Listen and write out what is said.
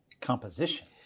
composition